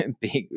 big